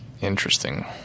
Interesting